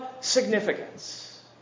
significance